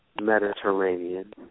Mediterranean